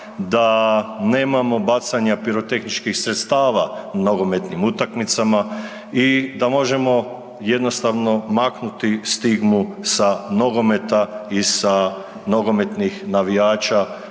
da nemamo bacanja pirotehničkih sredstava na nogometnim utakmicama i da možemo jednostavno maknuti jednostavno stigmu sa nogometa i sa nogometnih navijača